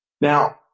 Now